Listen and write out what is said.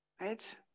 right